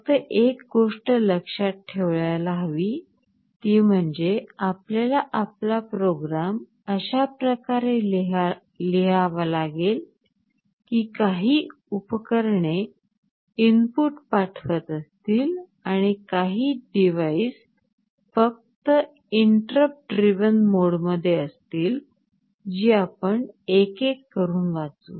फक्त एक गोष्ट लक्ष्यत ठेवायला हवी ती म्हणजे आपल्याला आपला प्रोग्राम अशा प्रकारे लिहावा लागेल की काही उपकरणे इनपुट पाठवत असतील आणि काही डिव्हाइस फक्त इंटर्र्रपट ड्रिव्हन मोडमध्ये असतील जी आपण एक एक करून वाचू